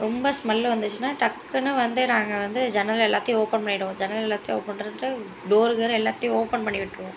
ரொம்ப ஸ்மெல் வந்துச்சுன்னால் டக்குன்னு வந்து நாங்கள் வந்து ஜன்னல் எல்லாத்தையும் ஓப்பன் பண்ணிவிடுவோம் ஜன்னல் எல்லாத்தையும் ஓப்பன் பண்ணிட்டு டோர் கீர் எல்லாத்தையும் ஓப்பன் பண்ணி விட்டுருவோம்